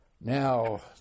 Now